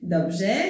Dobrze